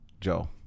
Joe